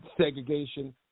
segregation